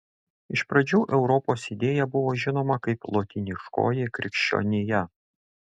iš pradžių europos idėja buvo žinoma kaip lotyniškoji krikščionija